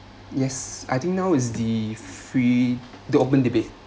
yes I think now is the free the open debate